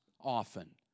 often